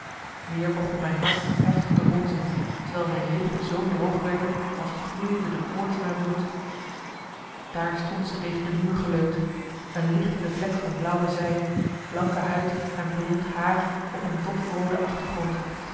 weer begon mijn hart heftig te bonzen terwijl mijn lippen zoo droog werden als gloeide de koorts in mijn bloed daar stond ze tegen de muur geleund een lichtende vlek van blauwe zij blanke huid en blond haar op een dofroode achtergrond